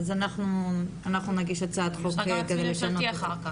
אנחנו נגיש הצעת חוק כדי לשנות את זה.